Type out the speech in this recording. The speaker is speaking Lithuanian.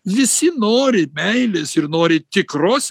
visi nori meilės ir nori tikros